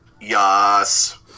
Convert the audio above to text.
Yes